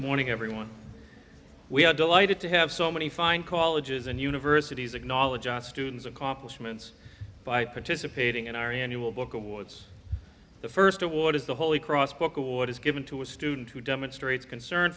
morning everyone we are delighted to have so many fine call edges and universities acknowledge us students accomplishments by participating in our annual book awards the first award is the holy cross book award is given to a student who demonstrates concern